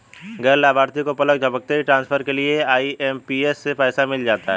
गैर लाभार्थी को पलक झपकते ही ट्रांसफर के लिए आई.एम.पी.एस से पैसा मिल जाता है